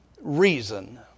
reason